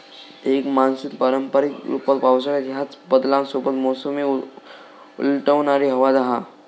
एक मान्सून पारंपारिक रूपात पावसाळ्यात ह्याच बदलांसोबत मोसमी उलटवणारी हवा हा